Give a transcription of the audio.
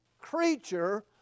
creature